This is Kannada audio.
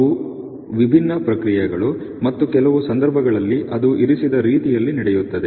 ಇವು ವಿಭಿನ್ನ ಪ್ರಕ್ರಿಯೆಗಳು ಮತ್ತು ಕೆಲವು ಸಂದರ್ಭಗಳಲ್ಲಿ ಅದು ಇರಿಸಿದ ರೀತಿಯಲ್ಲಿ ನಡೆಯುತ್ತಿದೆ